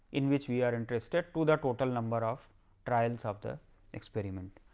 in which we are interested to the total number of trails of the experiment.